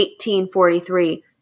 1843